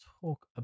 talk